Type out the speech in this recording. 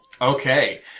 Okay